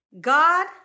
God